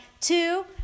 Two